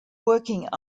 working